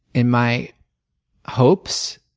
in my hopes,